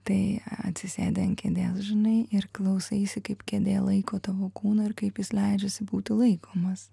tai atsisėdi ant kėdės žinai ir klausaisi kaip kėdė laiko tavo kūną ir kaip jis leidžiasi būti laikomas